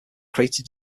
created